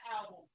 album